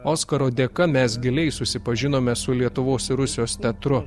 oskaro dėka mes giliai susipažinome su lietuvos ir rusijos teatru